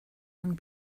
young